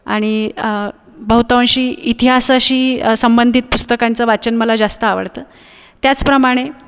आणि बहुतांशी इतिहासाशी संबंधित पुस्तकांचं वाचन मला जास्त आवडतं त्याचप्रमाणे